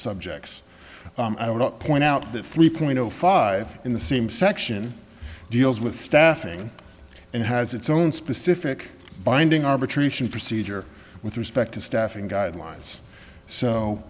subjects i would point out that three point zero five in the same section deals with staffing and has its own specific binding arbitration procedure with respect to staffing guidelines so